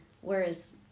Whereas